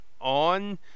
on